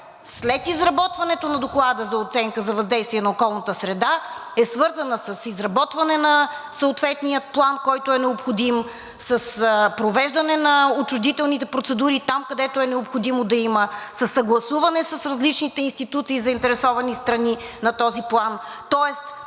след изработването на доклада за оценка за въздействие на околната среда, е свързана с изработване на съответния план, който е необходим; с провеждане на отчуждителните процедури, там където е необходимо да има; със съгласуване с различните институции и заинтересовани страни на този план.